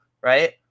right